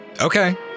Okay